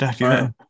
right